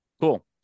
cool